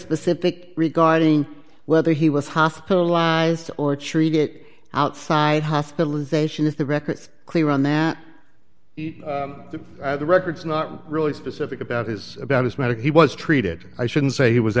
specific regarding whether he was hospitalized or treat it outside hospitalization if the record is clear on that the the records not really specific about his about his medic he was treated i should say he was